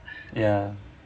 ya